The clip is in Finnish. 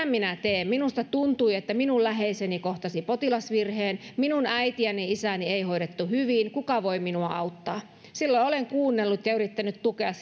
minä teen minusta tuntui että minun läheiseni kohtasi hoitovirheen minun äitiäni ja isääni ei hoidettu hyvin kuka voi minua auttaa silloin olen kuunnellut ja yrittänyt tukea